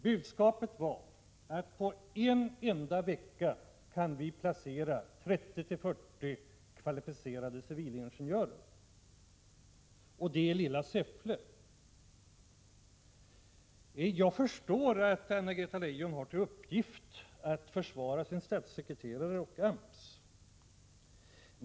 Budskapet var att de på en enda vecka kunde placera 30-40 kvalificerade civilingenjörer. Detta gällde alltså det lilla Säffle. Jag förstår att Anna-Greta Leijon har till uppgift att försvara sin statssekreterare och AMS.